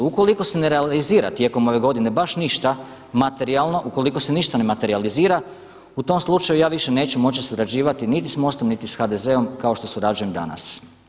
Ukoliko se ne realizira tijekom ove godine baš ništa materijalno, ukoliko se ništa ne materijalizira u tom slučaju ja više neću moći surađivati niti s MOST-om, niti sa HDZ-om kao što surađujem danas.